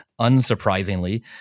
unsurprisingly